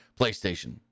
PlayStation